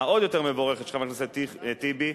העוד-יותר מבורכת של חבר הכנסת טיבי,